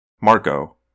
Marco